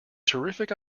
terrific